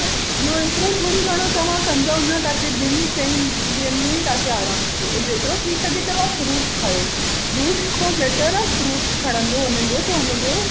इहो एतिरो थोरो घणो तव्हां कंदव न तव्हां खे ॿिनि चइनि ॾींहनि में ई तव्हां खे आरामु वेंदो जेतिरो थी सघे तव्हां फ्रूट्स खाओ जूस खां बैटर खणंदो उन्हनि जो त वधीक